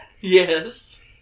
Yes